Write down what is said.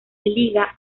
liga